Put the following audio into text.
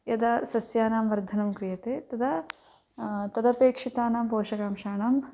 यदा सस्यानां वर्धनं क्रियते तदा तदपेक्षितानां पोषकांशाणां